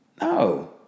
No